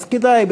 אז כדאי,